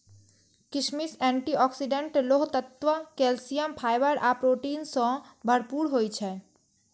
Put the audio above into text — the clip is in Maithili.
किशमिश एंटी ऑक्सीडेंट, लोह तत्व, कैल्सियम, फाइबर आ प्रोटीन सं भरपूर होइ छै